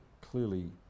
clearly